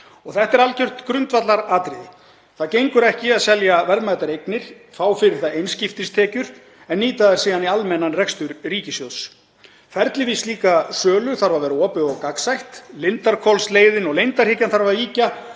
Og þetta er algjört grundvallaratriði. Það gengur ekki að selja verðmætar eignir, fá fyrir það einskiptistekjur en nýta þær síðan í almennan rekstur ríkissjóðs. Ferlið við slíka sölu þarf að vera opið og gagnsætt. Lindarhvolsleiðin og leyndarhyggjan þarf að víkja